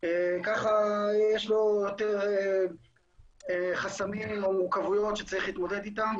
ככה יש לו יותר חסמים או מורכבויות שצריך להתמודד איתם.